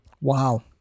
Wow